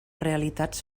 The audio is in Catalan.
realitats